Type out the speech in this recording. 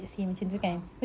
a'ah